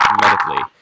medically